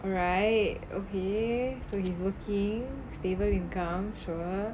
alright okay so he's working stable income sure